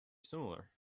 similar